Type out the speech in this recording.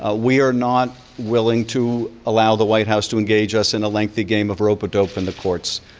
ah we are not willing to allow the white house to engage us in a lengthy game of rope-a-dope in the courts.